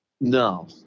No